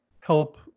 help